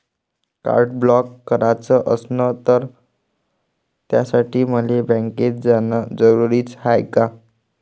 Card block कराच असनं त त्यासाठी मले बँकेत जानं जरुरी हाय का?